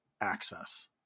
access